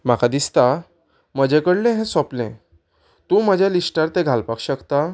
म्हाका दिसता म्हजे कडलें हें सोंपलें तूं म्हज्या लिस्टार तें घालपाक शकता